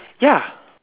ya